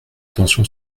attention